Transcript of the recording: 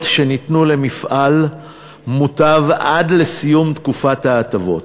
שניתנו למפעל מוטב עד לסיום תקופת ההטבות,